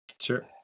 Sure